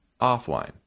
offline